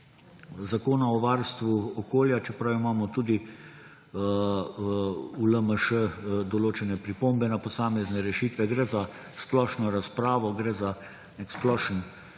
Zakona o varstvu okolja, čeprav imamo tudi v LMŠ določene pripombe na posamezne rešitve. Gre za splošno razpravo, gre za nek splošen